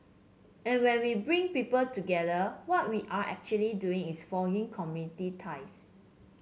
and when we bring people together what we are actually doing is forging community ties